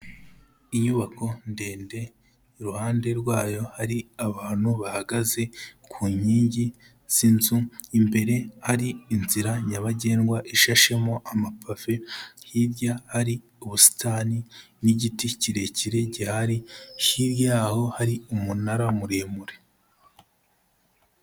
Inyubako ndende iruhande rwayo hari abantu bahagaze ku nkingi z'inzu, imbere hari inzira nyabagendwa ishashemo amapave, hirya ari ubusitani n'igiti kirekire gihari, hirya yaho hari umunara muremure.